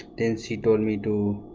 then she told me to